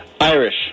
Irish